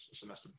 semester